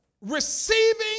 Receiving